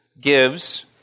gives